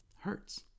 hurts